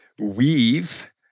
weave